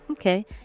Okay